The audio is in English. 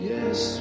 Yes